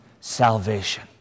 salvation